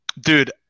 Dude